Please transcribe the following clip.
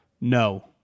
No